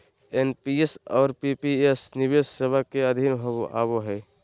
NPS और PPS निवेश सेवा के अधीन आवो हय